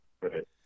Right